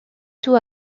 tout